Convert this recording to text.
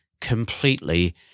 completely